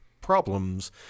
problems